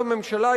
בממשלה,